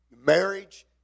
marriage